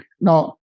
Now